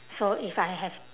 so if I have